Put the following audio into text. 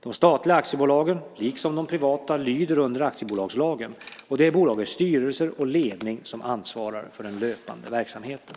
De statliga aktiebolagen, liksom de privata, lyder under aktiebolagslagen, och det är bolagens styrelser och ledning som ansvarar för den löpande verksamheten.